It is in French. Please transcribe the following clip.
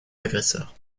agresseurs